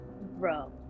Bro